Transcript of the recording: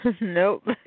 Nope